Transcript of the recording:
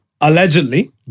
allegedly